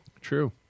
True